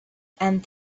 and